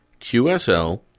qsl